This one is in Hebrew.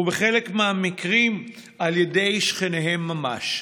ובחלק מהמקרים על ידי שכניהם ממש.